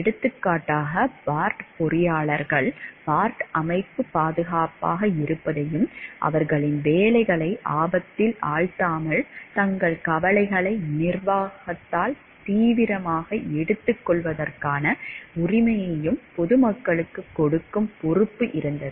எடுத்துக்காட்டாக பார்ட் பொறியாளர்கள் பார்ட் அமைப்பு பாதுகாப்பாக இருப்பதையும் அவர்களின் வேலைகளை ஆபத்தில் ஆழ்த்தாமல் தங்கள் கவலைகளை நிர்வாகத்தால் தீவிரமாக எடுத்துக்கொள்வதற்கான உரிமையையும் பொதுமக்களுக்குக் கொடுக்கும் பொறுப்பு இருந்தது